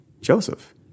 Joseph